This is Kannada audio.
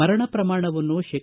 ಮರಣ ಪ್ರಮಾಣವನ್ನು ಶೇ